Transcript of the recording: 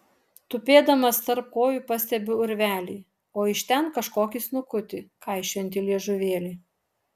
tupėdamas tarp kojų pastebiu urvelį o iš ten kažkokį snukutį kaišiojantį liežuvėlį